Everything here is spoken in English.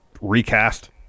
recast